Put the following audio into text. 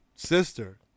Sister